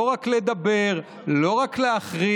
לא רק לדבר, לא רק להכריז,